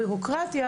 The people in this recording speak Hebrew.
הבירוקרטיה,